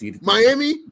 Miami